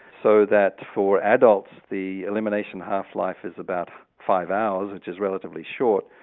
so that for adults the elimination half life is about five hours, which is relatively short,